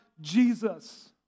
Jesus